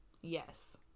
Yes